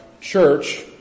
church